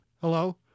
Hello